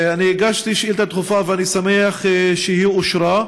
הגשתי שאילתה דחופה, ואני שמח שהיא אושרה.